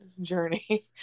journey